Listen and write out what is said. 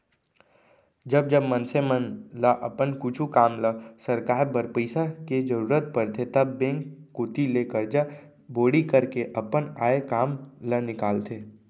जब जब मनसे मन ल अपन कुछु काम ल सरकाय बर पइसा के जरुरत परथे तब बेंक कोती ले करजा बोड़ी करके अपन आय काम ल निकालथे